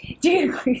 Dude